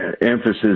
emphasis